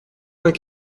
vingt